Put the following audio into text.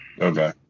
okay